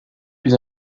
plus